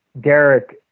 Derek